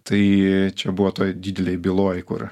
tai čia buvo toj didelėj byloj kur